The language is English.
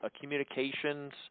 communications